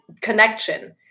connection